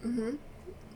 mmhmm